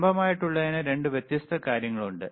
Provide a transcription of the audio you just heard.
ലംബമായിട്ടുള്ളതിനു 2 വ്യത്യസ്ത കാര്യങ്ങളുണ്ട്